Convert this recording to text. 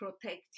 protect